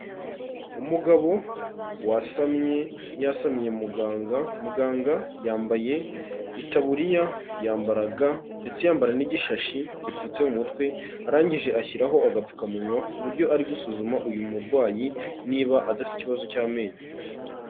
Umugabo wasamye, yasamiye muganga, muganga yambaye itaburiya, yambara ga, ndetse yambara n'igishashi gipfutse mu mutwe, arangije ashyiraho agapfukamunwa, ku buryo ari gusuzuma uyu murwayi niba adafite ikibazo cy'amenyo.